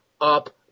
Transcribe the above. up